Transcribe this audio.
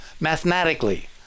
mathematically